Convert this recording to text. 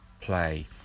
play